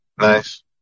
Nice